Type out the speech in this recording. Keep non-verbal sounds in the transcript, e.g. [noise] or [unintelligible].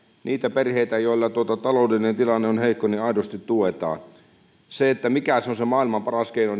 niitä perheitä joilla taloudellinen tilanne on heikko aidosti tuetaan siihen mikä on se maailman paras keino [unintelligible]